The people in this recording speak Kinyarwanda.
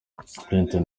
clinton